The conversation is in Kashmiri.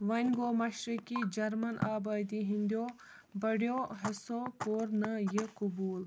وۄنۍ گوٚو مشرِقی جرمن آبٲدی ہِنٛدیو بَڑیو حِصّو کوٚر نہٕ یہِ قبوٗل